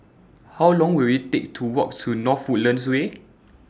How Long Will IT Take to Walk to North Woodlands Way